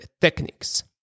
techniques